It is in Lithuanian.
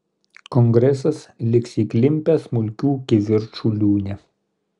kongresas liks įklimpęs smulkių kivirčų liūne